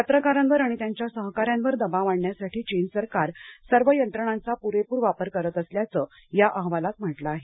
पत्रकारांवर आणि त्यांच्या सहकाऱ्यांवर दबाव आणण्यासाठी चीन सरकार सर्व यंत्रणांचा पुरेपूर वापर करत असल्याचं या अहवालात म्हटलं आहे